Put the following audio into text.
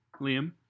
Liam